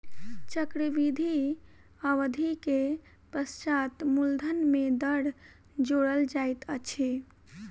चक्रवृद्धि अवधि के पश्चात मूलधन में दर जोड़ल जाइत अछि